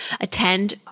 attend